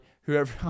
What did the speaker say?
whoever